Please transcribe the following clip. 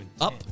up